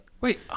Wait